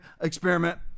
experiment